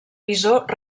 visor